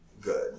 good